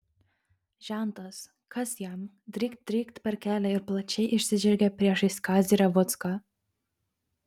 žentas kas jam drykt drykt per kelią ir plačiai išsižergė priešais kazį revucką